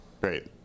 Great